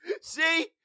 See